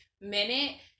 minute